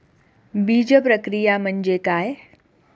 बीजप्रक्रिया म्हणजे काय?